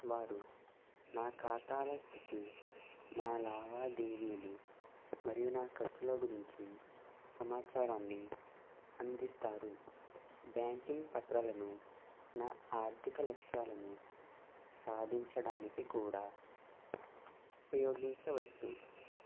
వారు నా ఖాతాల స్థితి నా లావాదేవీలు మరియు నా ఖర్చుల గురించి సమాచారాన్ని అందిస్తారు బ్యాంకింగ్ పత్రాలను నా ఆర్ధిక లక్ష్యాలను సాధించడానికి కూడా ఉపయోగించవచ్చు